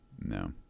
No